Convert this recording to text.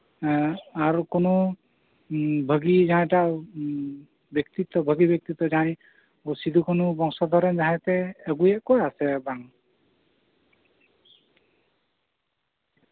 ᱮᱸᱜ ᱟᱨ ᱠᱳᱱᱳ ᱵᱷᱟᱹᱜᱤ ᱡᱟᱦᱟᱸᱭᱴᱟᱜ ᱵᱮᱠᱛᱤᱛᱛᱚ ᱵᱷᱟᱜᱤ ᱵᱮᱠᱛᱤᱛᱛᱚ ᱡᱟᱦᱟᱸᱭ ᱥᱤᱫᱩᱼᱠᱟᱱᱩ ᱵᱚᱝᱥᱚ ᱨᱮᱱ ᱡᱟᱦᱟᱸᱭ ᱯᱮ ᱟᱜᱩᱭᱮᱫ ᱠᱚᱣᱟ ᱥᱮ ᱵᱟᱝ